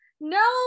No